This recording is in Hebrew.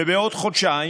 ובעוד חודשיים,